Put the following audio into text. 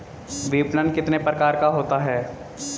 विपणन कितने प्रकार का होता है?